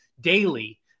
daily